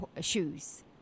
shoes